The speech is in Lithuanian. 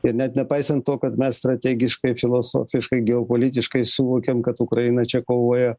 ir net nepaisant to kad mes strategiškai filosofiškai geopolitiškai suvokiam kad ukraina čia kovoja